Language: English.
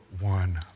one